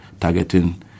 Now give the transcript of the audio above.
targeting